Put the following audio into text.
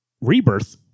Rebirth